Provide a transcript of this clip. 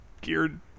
geared